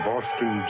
Boston